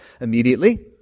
immediately